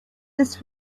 this